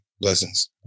Blessings